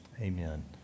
Amen